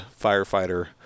firefighter